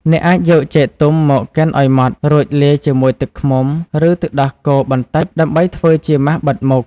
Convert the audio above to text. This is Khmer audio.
អ្នកអាចយកចេកទុំមកកិនឲ្យម៉ដ្ឋ រួចលាយជាមួយទឹកឃ្មុំ ឬទឹកដោះគោបន្តិចដើម្បីធ្វើជាម៉ាសបិទមុខ។